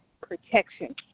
protection